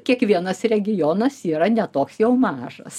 kiekvienas regionas yra ne toks jau mažas